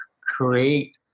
create